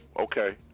Okay